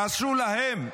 תעשו להם.